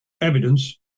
evidence